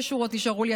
שתי שורות נשארו לי,